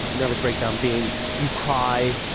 nervous breakdown being you cry,